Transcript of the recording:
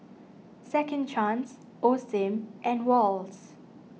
Second Chance Osim and Wall's